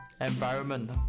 environment